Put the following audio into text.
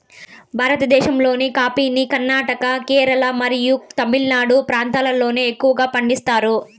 భారతదేశంలోని కాఫీని కర్ణాటక, కేరళ మరియు తమిళనాడు ప్రాంతాలలో ఎక్కువగా పండిస్తారు